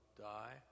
die